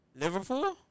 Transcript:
Liverpool